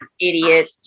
Idiot